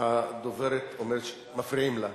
אדוני שר האוצר, הדוברת אומרת שמפריעים לה.